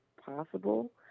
possible